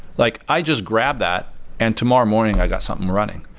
like i just grab that and tomorrow morning i got something running.